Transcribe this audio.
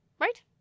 Right